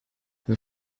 een